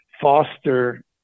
foster